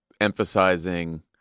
emphasizing